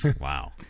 Wow